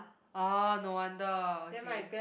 orh no wonder okay